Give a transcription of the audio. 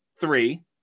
three